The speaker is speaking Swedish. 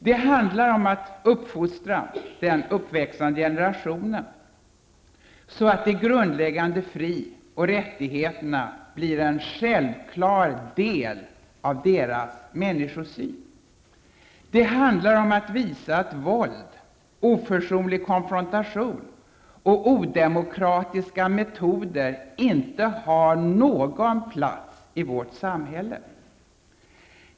Det handlar om att uppfostra den uppväxande generationen så att de grundläggande fri och rättigheterna blir en självklar del av deras människosyn. Det handlar om att visa att våld, oförsonlig konfrontation och odemokratiska metoder inte har någon plats i vårt samhälle.